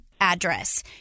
address